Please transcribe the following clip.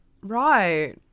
Right